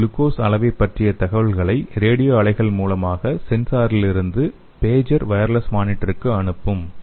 இது குளுக்கோஸ் அளவைப் பற்றிய தகவல்களை ரேடியோ அலைகள் மூலமாக சென்சாரிலிருந்து பேஜர் வயர்லெஸ் மானிட்டருக்கு அனுப்பும்